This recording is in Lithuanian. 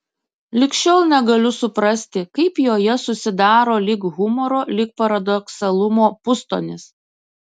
lig šiol negaliu suprasti kaip joje susidaro lyg humoro lyg paradoksalumo pustonis